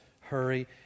hurry